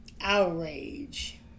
outrage